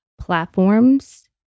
platforms